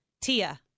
Tia